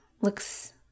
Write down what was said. looks